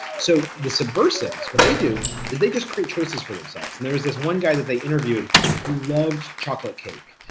so the subversives, what they do is they just create choices for themselves, and there was this one guy that they interviewed who loved chocolate cake,